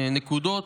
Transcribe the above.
נקודות.